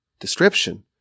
description